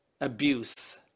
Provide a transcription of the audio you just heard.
abuse